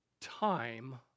time